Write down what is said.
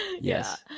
Yes